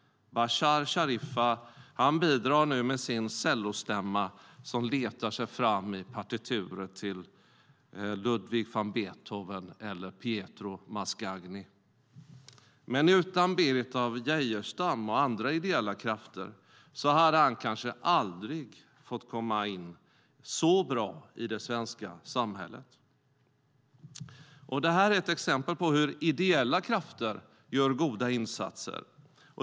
Bashar Sharifah bidrar nu med sin cellostämma, som letar sig fram i partituret av Ludwig van Beethoven eller Pietro Mascagni. Men utan Berit af Geijerstam och andra ideella krafter hade han kanske aldrig fått komma in så bra i det svenska samhället. Det här är ett exempel på hur ideella krafter gör goda insatser.